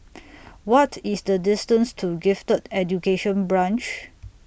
What IS The distance to Gifted Education Branch